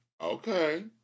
Okay